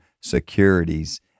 securities